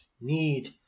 need